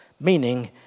meaning